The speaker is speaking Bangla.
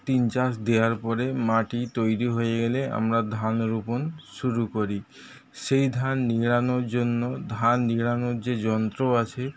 তিন চাষ দেওয়ার পরে মাটি তৈরি হয়ে গেলে আমরা ধান রোপণ শুরু করি সেই ধান নিড়ানোর জন্য ধান নিড়ানোর যে যন্ত্র আছে